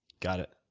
got it.